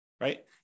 right